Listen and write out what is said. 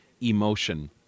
emotion